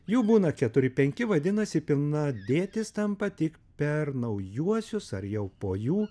jų būna keturi penki vadinasi pilna dėtis tampa tik per naujuosius ar jau po jų